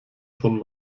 von